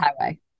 highway